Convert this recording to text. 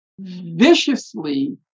viciously